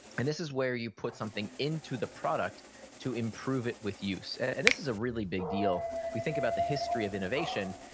and this is where you put something into the product to improve it with use. and this is a really big deal. if we think about the history of innovation,